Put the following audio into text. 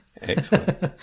Excellent